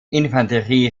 infanterie